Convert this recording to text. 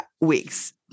Weeks